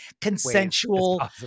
consensual